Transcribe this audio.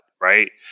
right